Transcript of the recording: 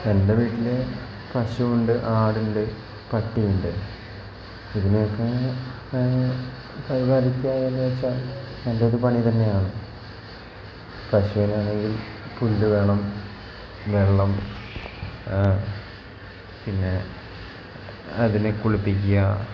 എൻ്റെ വീട്ടിൽ പശു ഉണ്ട് ആട് ഉണ്ട് പട്ടി ഉണ്ട് ഇതിനെയൊക്കെ പരിപാലിക്കായെന്ന്ച്ചാ നല്ലൊരു പണി തന്നെയാണ് പശുവിനാണെങ്കിൽ പുല്ല് വേണം വെള്ളം പിന്നെ അതിനെ കുളിപ്പിക്കാ